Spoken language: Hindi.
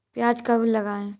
प्याज कब लगाएँ?